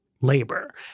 labor